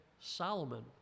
Solomon